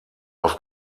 auf